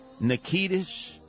Nikitas